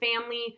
family